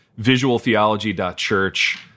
visualtheology.church